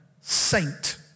saint